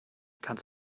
kannst